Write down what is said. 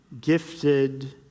gifted